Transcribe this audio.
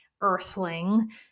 earthling